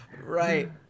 Right